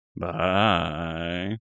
Bye